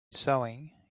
sewing